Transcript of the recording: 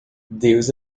deus